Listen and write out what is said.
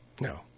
No